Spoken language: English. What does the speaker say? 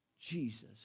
Jesus